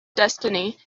destiny